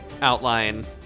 outline